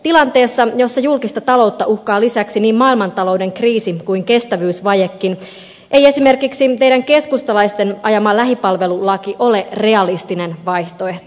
tilanteessa jossa julkista taloutta uhkaa lisäksi niin maailmantalouden kriisi kuin kestävyysvajekin ei esimerkiksi teidän keskustalaisten ajama lähipalvelulaki ole realistinen vaihtoehto